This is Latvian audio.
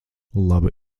laba